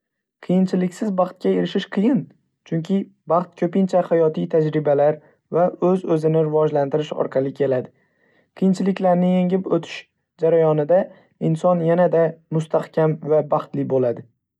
Qiyinchiliksiz baxtga erishish qiyin, chunki baxt ko‘pincha hayotiy tajribalar va o‘z-o‘zini rivojlantirish orqali keladi. Qiyinchiliklarni yengib o‘tish jarayonida inson yanada mustahkam va baxtli bo‘ladi.